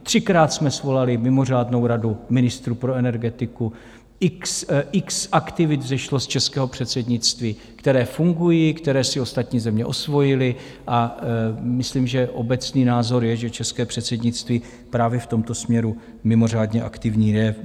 Třikrát jsme svolali mimořádnou radu ministrů pro energetiku, x aktivit vzešlo z českého předsednictví, které fungují, které si ostatní země osvojily, a myslím, že obecný názor je, že české předsednictví právě v tomto směru mimořádně aktivní je.